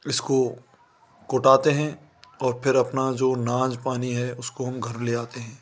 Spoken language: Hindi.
इसको कुटाते हैं और फिर अपना जो अनाज पानी है उसको हम घर ले आते हैं